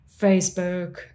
facebook